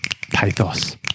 Pathos